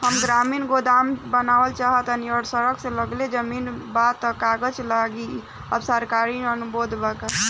हम ग्रामीण गोदाम बनावल चाहतानी और सड़क से लगले जमीन बा त का कागज लागी आ सरकारी अनुदान बा का?